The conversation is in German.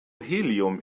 helium